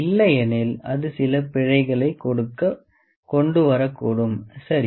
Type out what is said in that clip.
இல்லையெனில் அது சில பிழைகளைக் கொண்டு வரக்கூடும் சரி